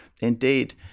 Indeed